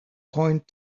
point